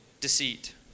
deceit